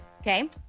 Okay